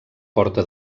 porta